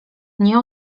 nie